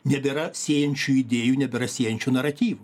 nebėra siejančių idėjų nebėra siejančių naratyvų